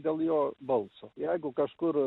dėl jo balso jeigu kažkur